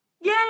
yay